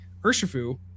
Urshifu